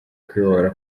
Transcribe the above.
kwibohora